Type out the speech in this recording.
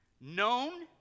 Known